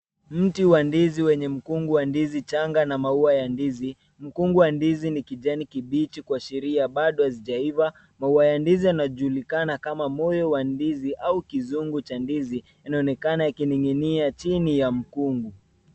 Mti wa ndizi wenye mkungu wa ndizi changa na maua ya ndizi mkubwa. Ndizi ni kijani kibichi kuashiria bado hazijaiva. Maua ya ndizi yana julikana kama moyo wa ndizi au kizungu cha ndizi. Inaonekana ikining'inia chini ya mkungu.